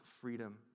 freedom